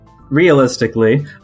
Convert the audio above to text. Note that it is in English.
realistically